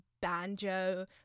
banjo